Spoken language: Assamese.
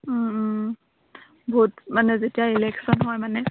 ভোট মানে যেতিয়া ইলেকশ্যন হয় মানে